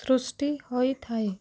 ସୃଷ୍ଟି ହୋଇଥାଏ